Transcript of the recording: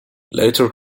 later